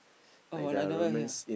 oh and I never hear